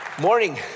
Morning